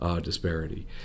disparity